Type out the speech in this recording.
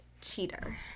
Cheater